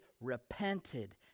repented